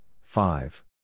five